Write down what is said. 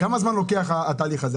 כמה זמן לוקח התהליך הזה,